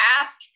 ask